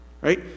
Right